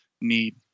need